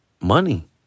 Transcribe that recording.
money